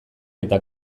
eta